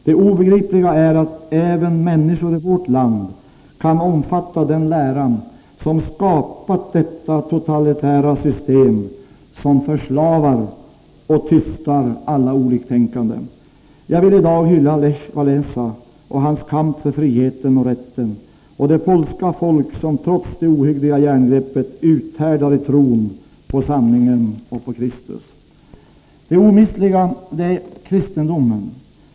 Det obegripliga är att även människor i vårt land kan omfatta den lära som skapat det totalitära system som förslavar och tystar alla oliktänkande. Jag vill i dag hylla Lech Walesa och hans kamp för friheten och rätten och det polska folk som trots det ohyggliga järngreppet uthärdar i tron på sanningen och på Kristus. Det omistliga — det är kristendomen.